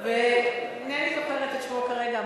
אינני זוכרת את שמו כרגע.